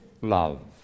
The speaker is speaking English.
love